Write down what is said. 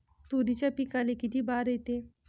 तुरीच्या पिकाले किती बार येते?